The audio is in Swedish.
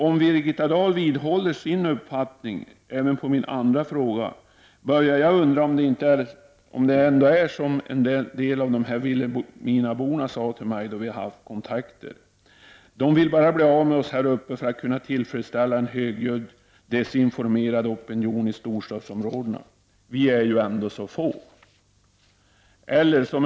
Om Birgitta Dahl vidhåller sin uppfattning även när det gäller min andra fråga, börjar jag undra om det ändå inte är som en del av vilhelminaborna har sagt till mig i samband med våra kontakter: De vill bli av med oss här uppe för att kunna tillfredsställa en högljudd desinformerad opinion i storstadsområdena. Vi är ju ändå så få.